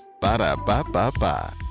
Ba-da-ba-ba-ba